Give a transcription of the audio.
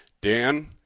Dan